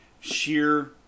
sheer